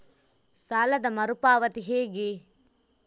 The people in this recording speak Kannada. ಸಾಲದ ಮರು ಪಾವತಿ ಹೇಗೆ?